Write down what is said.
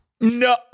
No